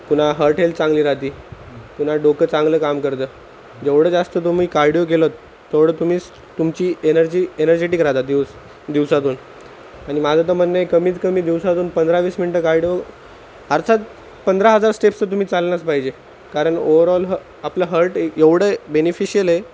पुन्हा heart health चांगली राहते पुन्हा डोकं चांगलं काम करतं जेवढं जास्त तुम्ही कार्डिओ केलंत तेवढं तुम्ही तुमची एनर्जी एनर्जेटिक राहता दिवस दिवसातून आणि माझं तरं म्हणणं आहे कमीत कमी दिवसातून पंधरा वीस मिनटं कार्डिओ अर्थात पंधरा हजार स्टेप्स तर तुम्ही चालंलच पाहिजे कारन ओवरऑल ह आपलं हर्ट एवढं बेनिफिशिल आहे